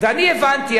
ואני הבנתי,